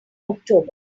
october